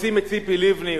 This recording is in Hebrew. רוצים את ציפי לבני.